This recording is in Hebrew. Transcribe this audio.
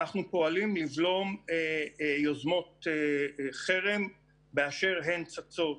אנחנו פועלים לבלום יוזמות חרם באשר הן צצות,